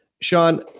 Sean